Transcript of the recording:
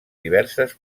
diverses